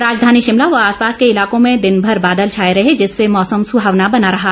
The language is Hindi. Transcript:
राजधानी शिमला व आसपास के इलाकों में दिनभर बादल छाए रहे जिससे मौसम सुहावना बना रहा